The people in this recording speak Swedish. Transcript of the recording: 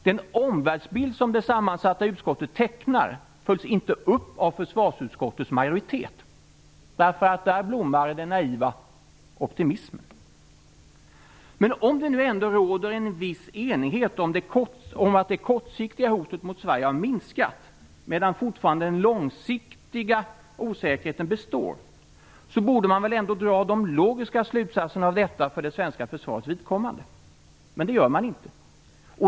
Den omvärldsbild som det sammansatta utskottet tecknar följs inte upp av försvarsutskottets majoritet. Där blommar den naiva optimismen. Men om det nu ändå råder en viss enighet om att det kortsiktiga hotet mot Sverige har minskat medan fortfarande den långsiktiga osäkerheten består, så borde man väl ändå dra de logiska slutsatserna av detta för det svenska försvarets vidkommande, men det gör man inte.